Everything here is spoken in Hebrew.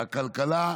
הכלכלה.